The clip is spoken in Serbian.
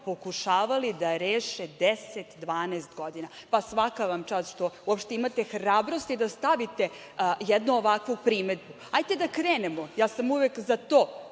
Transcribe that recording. pokušavali da reše 10, 12 godina. Pa, svaka vam čast što uopšte imate hrabrosti da stavite jednu ovakvu primedbu. Hajde da krenemo, ja sam uvek za to,